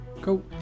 Cool